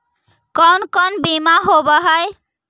कोन कोन बिमा होवय है?